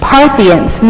Parthians